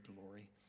glory